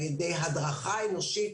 על ידי הדרכה אנושית,